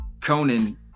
Conan